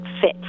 fit